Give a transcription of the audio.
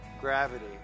gravity